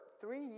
three